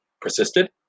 persisted